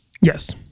Yes